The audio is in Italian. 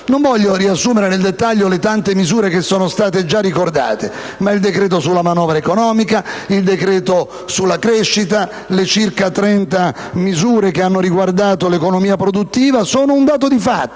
Non voglio riassumere nel dettaglio le tante misure che sono state già ricordate, ma il decreto sulla manovra economica, il decreto sulla crescita e le circa trenta misure che hanno riguardato l'economia produttiva sono un dato di fatto.